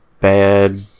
bad